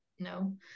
No